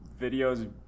videos